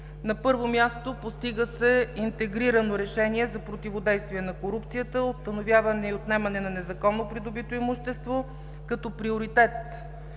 На първо място, постига се интегрирано решение за противодействие на корупцията; установяване и отнемане на незаконно придобито имущество, като приоритет